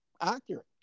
accurate